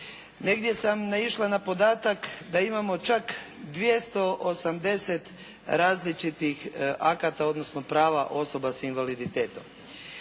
Negdje sam naišla na podatak da imamo čak 280 različitih akata odnosno prava osoba sa invaliditetom.